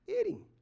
eating